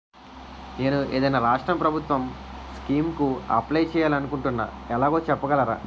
నేను ఏదైనా రాష్ట్రం ప్రభుత్వం స్కీం కు అప్లై చేయాలి అనుకుంటున్నా ఎలాగో చెప్పగలరా?